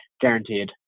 guaranteed